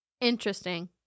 Interesting